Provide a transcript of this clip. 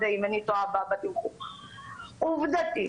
עובדתית,